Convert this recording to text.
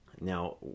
Now